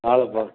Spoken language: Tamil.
வாழைப்பளம்